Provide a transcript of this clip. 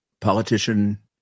politician